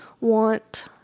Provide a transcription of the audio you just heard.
want